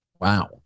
Wow